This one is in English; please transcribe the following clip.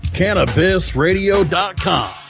cannabisradio.com